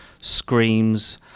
screams